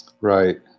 Right